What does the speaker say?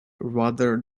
rather